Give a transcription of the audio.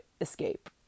escape